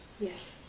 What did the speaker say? Yes